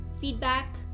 feedback